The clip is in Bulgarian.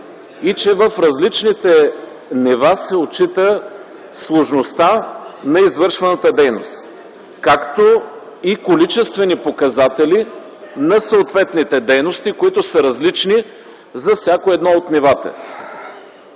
и че в различните нива се отчита сложността на извършваната дейност, както и количествени показатели на съответните дейности, които са различни за всяко едно от нивата.